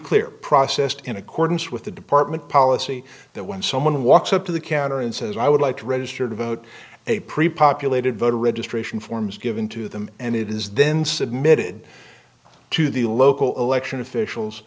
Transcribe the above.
clear processed in accordance with the department policy that when someone walks up to the counter and says i would like to register to vote a pretty populated voter registration forms given to them and it is then submitted to the local election officials